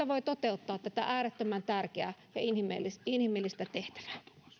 voi toteuttaa tätä äärettömän tärkeää ja inhimillistä inhimillistä tehtävää